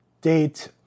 date